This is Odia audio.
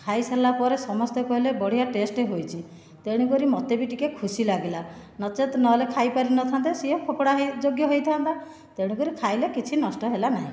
ଖାଇସାରିଲାପରେ ସମସ୍ତେ କହିଲେ ବଢ଼ିଆ ଟେଷ୍ଟ ହୋଇଛି ତେଣୁକରି ମୋତେ ବି ଟିକେ ଖୁସି ଲାଗିଲା ନଚେତ୍ ନହେଲେ ଖାଇପାରିନଥାନ୍ତେ ସିଏ ଫୋପଡ଼ା ହେ ଯୋଗ୍ୟ ହୋଇଥାନ୍ତା ତେଣୁକରି ଖାଇଲେ କିଛି ନଷ୍ଟ ହେଲାନାହିଁ